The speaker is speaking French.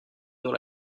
dans